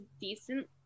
decent